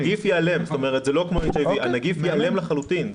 זאת אומרת זה לא כמו HIV, הנגיף ייעלם לחלוטין.